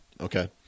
Okay